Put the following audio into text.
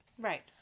Right